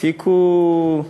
הפיקו,